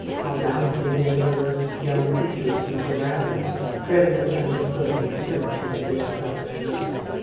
how bouncing the vigorous young creatures who surround us, treading us under foot in the certainty of their self-assurance.